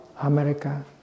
America